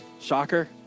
shocker